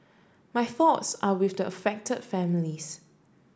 my thoughts are with the affected families